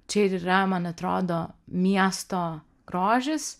čia ir yra man atrodo miesto grožis